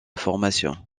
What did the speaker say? formation